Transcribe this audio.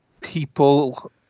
people